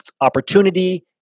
opportunity